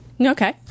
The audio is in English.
Okay